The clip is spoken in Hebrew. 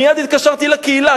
מייד התקשרתי לקהילה,